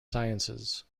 sciences